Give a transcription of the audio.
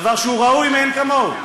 דבר שהוא ראוי מאין כמוהו,